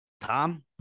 Tom